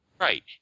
Right